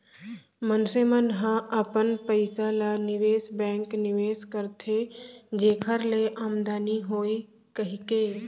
मनसे मन ह अपन पइसा ल निवेस बेंक निवेस करथे जेखर ले आमदानी होवय कहिके